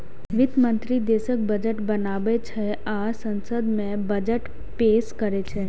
वित्त मंत्री देशक बजट बनाबै छै आ संसद मे बजट पेश करै छै